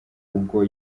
ubwo